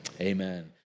amen